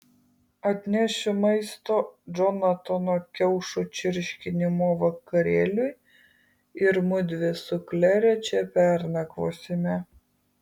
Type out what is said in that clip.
atnešiu maisto džonatano kiaušų čirškinimo vakarėliui ir mudvi su klere čia pernakvosime